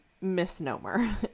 misnomer